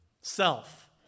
Self